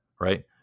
Right